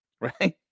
right